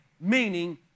meaning